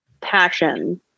passion